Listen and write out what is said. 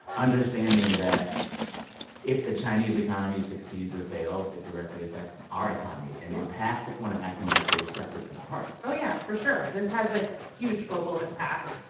understanding that if the chinese economy succeeds or fails, it directly affects our economy. and we're past the point of acting like we're separate and apart oh, yeah, for sure. this has, like, huge global impact.